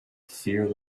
fear